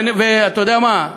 ואתה יודע מה,